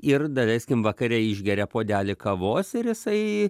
ir daleiskim vakare išgeria puodelį kavos ir jisai